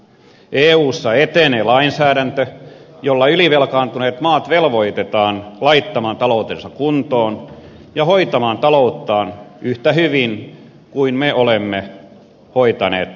eussa etenee lainsäädäntö jolla ylivelkaantuneet maat velvoitetaan laittamaan taloutensa kuntoon ja hoitamaan talouttaan yhtä hyvin kuin me olemme hoitaneet omaa talouttamme